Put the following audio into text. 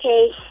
Okay